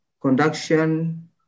conduction